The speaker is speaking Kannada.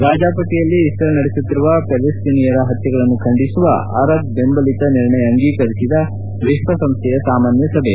ಗಾಜಾಪಟ್ಲಿಯಲ್ಲಿ ಇಕ್ರೇಲ್ ನಡೆಸುತ್ತಿರುವ ಪ್ಲಾಲಿಸ್ತೀನಿಯರ ಹತ್ಲೆಗಳನ್ನು ಖಂಡಿಸುವ ಅರಬ್ ಬೆಂಬಲಿತ ನಿರ್ಣಯ ಅಂಗೀಕರಿಸಿದ ವಿಶ್ವಸಂಸ್ಟೆಯ ಸಾಮಾನ್ಯ ಸಭೆ